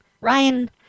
Ryan